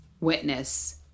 witness